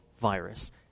virus